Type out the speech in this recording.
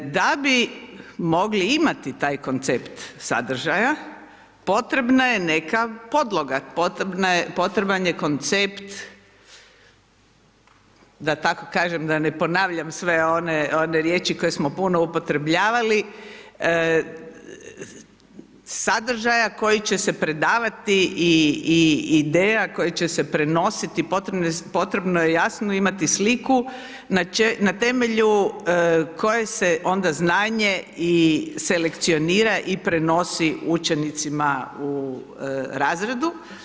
Da bi mogli imati taj koncept sadržaja, potrebna je neka podloga, potreban je koncept da tako kažem da ne ponavljam sve one riječi koje smo puno upotrebljavali sadržaja koji će se predavati i ideja koja će se prenositi potrebno je jasno imati sliku na temelju koje se onda znanje selekcionira i prenosi učenicima u razredu.